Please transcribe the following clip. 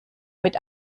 mit